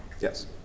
Yes